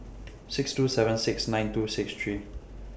six two seven six nine two six three